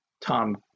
Tom